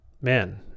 man